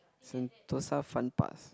Sentosa Fun Pass